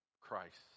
Christ